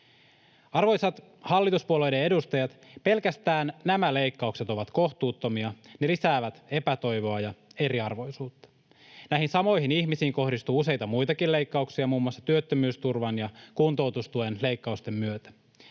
Arvoisat hallituspuolueiden edustajat! Pelkästään nämä leikkaukset ovat kohtuuttomia. Ne lisäävät epätoivoa ja eriarvoisuutta. Näihin samoihin ihmisiin kohdistuu useita muitakin leikkauksia, muun muassa työttömyysturvan ja kuntoutustuen leikkausten myötä.